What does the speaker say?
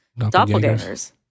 doppelgangers